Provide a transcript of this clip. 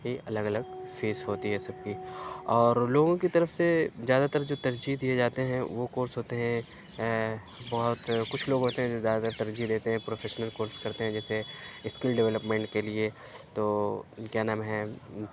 بھی الگ الگ فیس ہوتی ہے سب کی اور لوگوں کی طرف سے زیادہ تر جو ترجیح دیے جاتے ہیں وہ کورس ہوتے ہیں بہت کچھ لوگ ہوتے ہیں جو زیادہ ترجیح دیتے ہیں پروفیشنل کورس کرتے ہیں جیسے اسکل ڈیولپمینٹ کے لیے تو کیا نام ہے